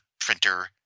printer